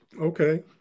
Okay